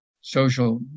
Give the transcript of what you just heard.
social